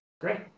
Great